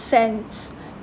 sense